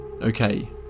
Okay